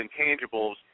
intangibles